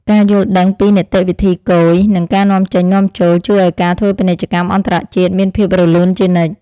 ការយល់ដឹងពីនីតិវិធីគយនិងការនាំចេញនាំចូល ជួយឱ្យការធ្វើពាណិជ្ជកម្មអន្តរជាតិមានភាពរលូនជានិច្ច។